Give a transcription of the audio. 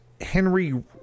Henry